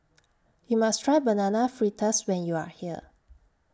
YOU must Try Banana Fritters when YOU Are here